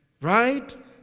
Right